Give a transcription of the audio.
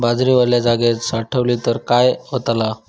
बाजरी वल्या जागेत साठवली तर काय होताला?